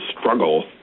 struggle